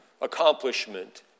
accomplishment